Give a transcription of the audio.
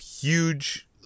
huge